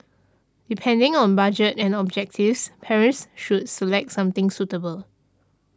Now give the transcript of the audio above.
depending on budget and objectives parents should select something suitable